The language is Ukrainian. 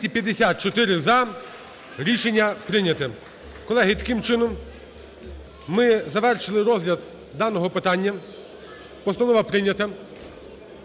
Рішення прийняте. Колеги, таким чином, ми завершили розгляд даного питання. Постанова прийнята.